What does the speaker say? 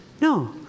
No